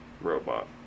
robot